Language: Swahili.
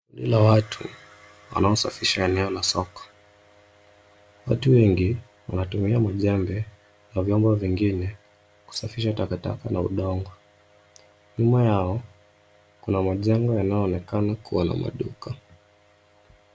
Kundi la watu wanao safisha eneo la soko watu wengi wanatumia majembe na vyombo vingine kusafisha takataka na udongo. Nyuma yao kuna majengo yanayo onekana kuwa na maduka.